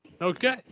Okay